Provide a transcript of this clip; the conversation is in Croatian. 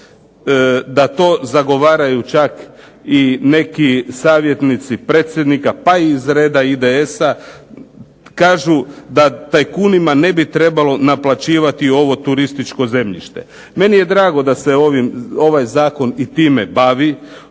da to zagovaraju čak i neki savjetnici predsjednika pa i iz reda IDS-a. Kažu da tajkunima ne bi trebalo naplaćivati ovo turističko zemljište. Meni je drago da se ovaj zakon i time bavi,